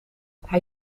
hij